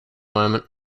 moment